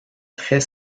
très